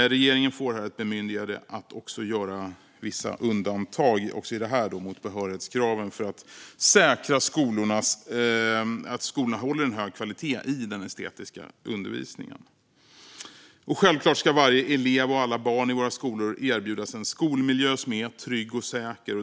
Regeringen får ett bemyndigande att också här göra vissa undantag från behörighetskraven för att säkra att skolorna håller en hög kvalitet i den estetiska undervisningen. Självklart ska varje elev och alla barn i våra skolor erbjudas en skolmiljö som är trygg och säker.